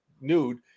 nude